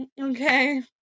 okay